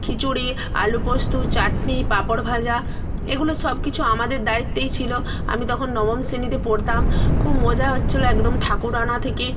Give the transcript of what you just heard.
খিচুড়ি আলুপোস্ত চাটনি পাঁপড় ভাজা এগুলো সব কিছু আমাদের দায়িত্বেই ছিলো আমি তখন নবম শেণীতে পড়তাম খুব মজা হচ্ছিলো একদম ঠাকুর আনা থেকে